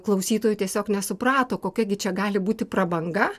klausytojų tiesiog nesuprato kokia gi čia gali būti prabanga